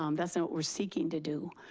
um that's not what we're seeking to do.